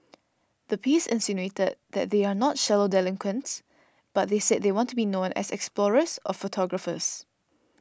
the piece insinuated that they are not shallow delinquents but said they want to be known as explorers or photographers